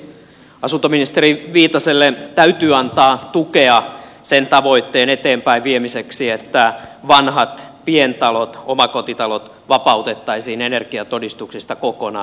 asuntoministeri viitaselle täytyy antaa tukea sen tavoitteen eteenpäinviemiseksi että vanhat pientalot omakotitalot vapautettaisiin energiatodistuksista kokonaan